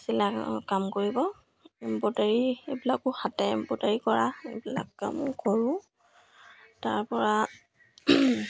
চিলাই কাম কৰিব এম্ব্ৰদাৰী এইবিলাকো হাতে এম্ব্ৰইডাৰী কৰা এইবিলাক কাম কৰোঁ তাৰ পৰা